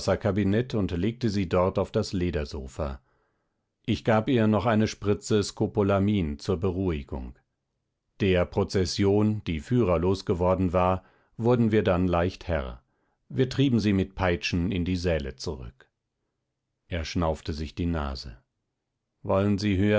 und legte sie dort auf das ledersofa ich gab ihr noch eine spritze skopolamin zur beruhigung der prozession die führerlos geworden war wurden wir dann leicht herr wir trieben sie mit peitschen in die säle zurück er schnaufte sich die nase wollen sie